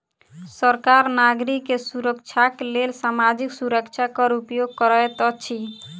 सरकार नागरिक के सुरक्षाक लेल सामाजिक सुरक्षा कर उपयोग करैत अछि